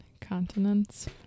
continents